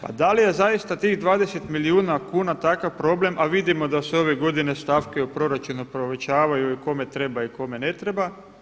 Pa da li je zaista tih 20 milijuna kuna takav problem a vidimo da su ove godine stavke u proračunu povećavaju i kome treba i kome ne treba.